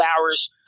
hours